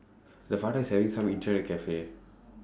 the father is every time internet cafe